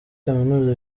kaminuza